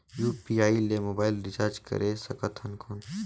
UPI ले mobile recharge करे सकथन कौन?